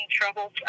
trouble